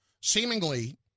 seemingly